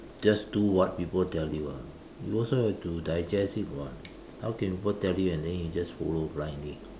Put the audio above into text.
just do what people tell ah you also have to digest it [what] how can people tell you and then you just follow blindly